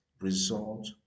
Result